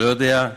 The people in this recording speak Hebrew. לא יודע,